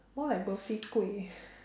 more like birthday kueh